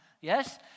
yes